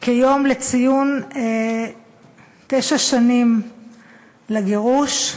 כיום לציון תשע שנים לגירוש,